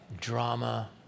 drama